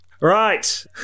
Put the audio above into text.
Right